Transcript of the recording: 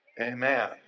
Amen